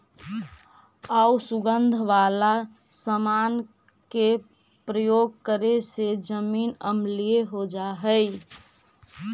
आउ सुगंध वाला समान के प्रयोग करे से जमीन अम्लीय हो जा हई